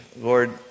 Lord